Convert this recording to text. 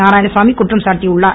நாராயணசாமி குற்றம் சாட்டியுள்ளார்